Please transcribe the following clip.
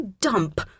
dump